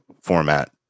format